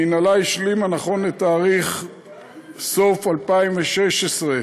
המינהלה השלימה, נכון לסוף 2016,